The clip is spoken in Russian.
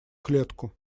клетку